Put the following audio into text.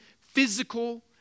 physical